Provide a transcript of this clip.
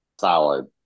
Solid